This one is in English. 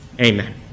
amen